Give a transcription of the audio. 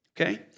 Okay